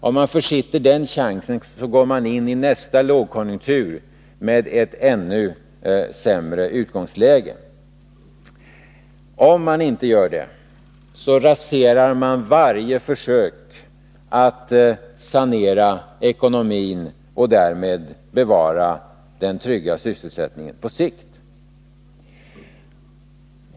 Om man försitter den chansen, går man in i nästa lågkonjunktur med ett ännu sämre utgångsläge. Om man inte tar till vara den chansen raserar man varje försök att sanera ekonomin och därmed bevara den trygga sysselsättningen på sikt.